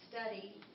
study